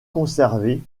conservées